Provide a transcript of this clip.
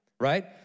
Right